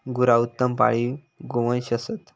गुरा उत्तम पाळीव गोवंश असत